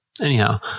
Anyhow